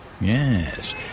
Yes